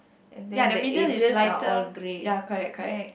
and then the edges are all grey correct